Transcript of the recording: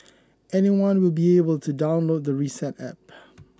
anyone will be able to download the Reset App